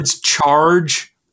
charge